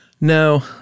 No